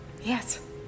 Yes